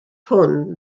hwn